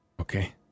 Okay